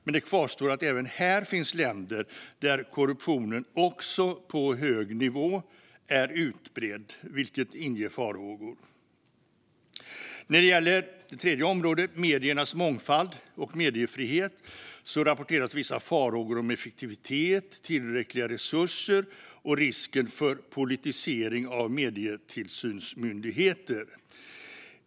Men även här kvarstår länder där korruptionen, också på hög nivå, är utbredd. Det väcker farhågor. När det gäller det tredje området, mediernas mångfald och mediefrihet, rapporteras vissa farhågor om effektivitet, tillräckliga resurser och risk för politisering av medietillsynsmyndigheter.